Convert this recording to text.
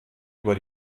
über